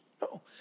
No